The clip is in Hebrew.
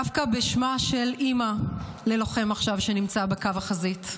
דווקא בשמה של אימא ללוחם שנמצא עכשיו בקו החזית: